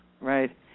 right